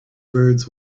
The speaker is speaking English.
birds